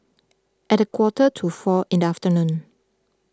at a quarter to four in the afternoon